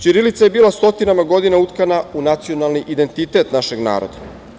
Ćirilica je bila stotinama godina utkana u nacionalni identitet našeg naroda.